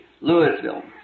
Louisville